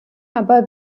aber